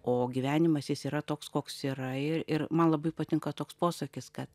o gyvenimas jis yra toks koks yra ir ir man labai patinka toks posakis kad